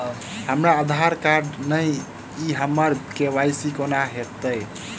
हमरा आधार कार्ड नै अई हम्मर के.वाई.सी कोना हैत?